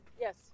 yes